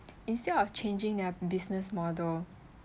instead of changing their business model